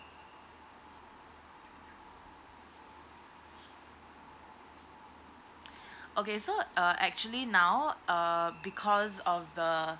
okay so uh actually now uh because of the